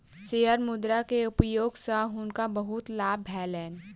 share मुद्रा के उपयोग सॅ हुनका बहुत लाभ भेलैन